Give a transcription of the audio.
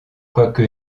quoique